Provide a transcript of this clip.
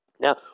Now